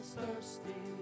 Thirsty